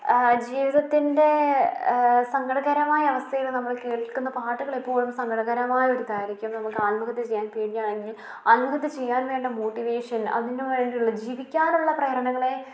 ജീവിതത്തിൻ്റെ സങ്കടകരമായ അവസ്ഥയിൽ നമ്മൾ കേൾക്കുന്ന പാട്ടുകളെപ്പോഴും സങ്കടകരമായ ഒരു ഇതായിരിക്കും നമുക്ക് ആത്മഹത്യ ചെയ്യാൻ പേടിയാണെങ്കിൽ ആന്മഹത്യ ചെയ്യാൻ വേണ്ട മോട്ടിവേഷൻ അതിനു വേണ്ടിയുള്ള ജീവിക്കാനുള്ള പ്രേരണകളെ